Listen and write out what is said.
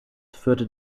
führte